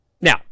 Now